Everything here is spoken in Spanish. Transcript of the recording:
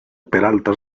peralta